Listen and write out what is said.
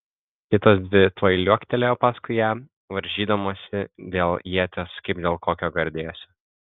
kitos dvi tuoj liuoktelėjo paskui ją varžydamosi dėl ieties kaip dėl kokio gardėsio